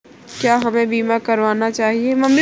क्या हमें बीमा करना चाहिए?